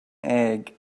egg